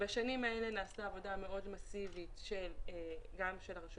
בשנים האלה נעשתה עבודה מאוד מסיבית גם של הרשות